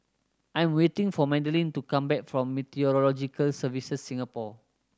I am waiting for Madelene to come back from Meteorological Services Singapore